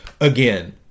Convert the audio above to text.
again